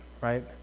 right